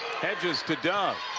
hedges to dove